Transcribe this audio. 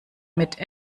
mit